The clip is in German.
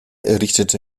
errichtete